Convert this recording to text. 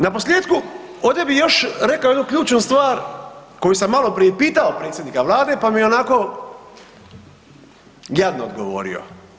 Naposljetku, ovdje bih još rekao jednu ključnu stvar koju sam maloprije i pitao predsjednika vlade, pa mi je onako jadno odgovorio.